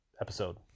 episode